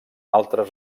altres